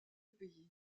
pays